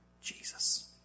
Jesus